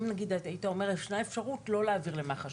אם היית אומר שישנה אפשרות לא להעביר למח"ש